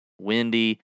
windy